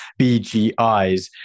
BGIs